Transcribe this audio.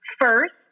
first